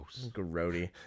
Grody